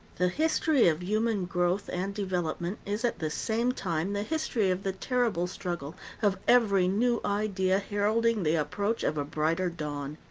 the history of human growth and development is at the same time the history of the terrible struggle of every new idea heralding the approach of a brighter dawn.